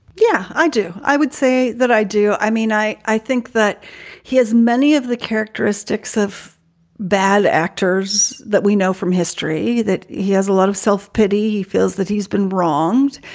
yeah, i do. i would say that i do. i mean, i. i think that he has many of the characteristics of bad actors that we know from history that he has a lot of self-pity. he feels that he's been wronged.